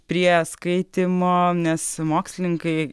prie skaitymo nes mokslininkai